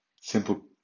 simple